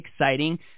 exciting